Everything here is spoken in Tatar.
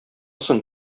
соң